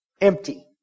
empty